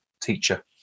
teacher